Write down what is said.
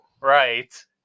Right